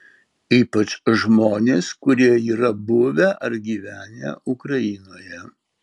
ypač žmonės kurie yra buvę ar gyvenę ukrainoje